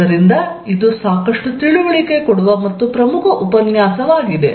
ಆದ್ದರಿಂದ ಇದು ಸಾಕಷ್ಟು ತಿಳಿವಳಿಕೆ ಕೊಡುವ ಮತ್ತು ಪ್ರಮುಖ ಉಪನ್ಯಾಸವಾಗಿದೆ